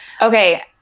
Okay